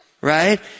Right